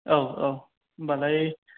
औ औ होमबालाय